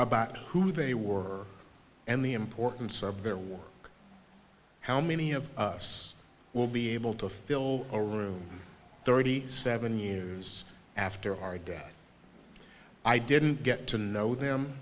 about who they were and the importance of their work how many of us will be able to fill a room thirty seven years after argo i didn't get to know them